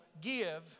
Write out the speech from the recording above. Give